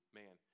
man